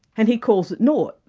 and he calls it naught.